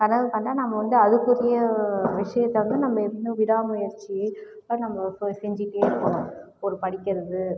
கனவு கண்டா நம்ப வந்து அதுக்குரிய விஷியத்தை வந்து நம்ப எப்பயுமே விடாமுயற்சி நம்ப செஞ்சிகிட்டே இருக்கணும் ஒரு படிக்கிறது